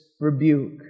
rebuke